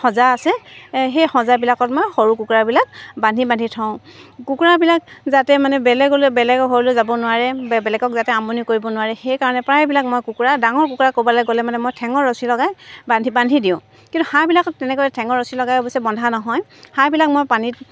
সজা আছে সেই সজাবিলাকত মই সৰু কুকুৰাবিলাক বান্ধি বান্ধি থওঁ কুকুৰাবিলাক যাতে মানে বেলেগলৈ বেলেগৰ ঘৰলৈ যাব নোৱাৰে বে বেলেগক যাতে আমনি কৰিব নোৱাৰে সেইকাৰণে প্ৰায়বিলাক মই কুকুৰা ডাঙৰ কুকুৰা ক'ৰবালৈ গ'লে মানে মই ঠেঙৰ ৰছী লগাই বান্ধি বান্ধি দিওঁ কিন্তু হাঁহবিলাকক তেনেকৈ ঠেঙৰ ৰছী লগাই অৱশ্যে বন্ধা নহয় হাঁহবিলাক মই পানীত